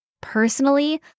Personally